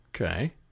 Okay